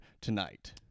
tonight